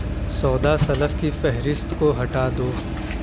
سودا سلف کی فہرست کو ہٹا دو